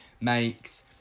makes